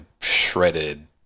shredded